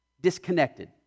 disconnected